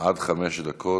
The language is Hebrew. עד חמש דקות.